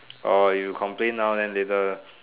orh if you complain now then later